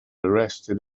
arrested